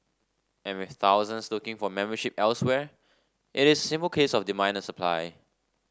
and with thousands looking for membership elsewhere it is a simple case of demand and supply